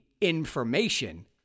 information